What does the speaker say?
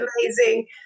amazing